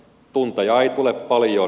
tunteja ei tule paljon